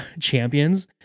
champions